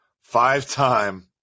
Five-time